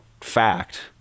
fact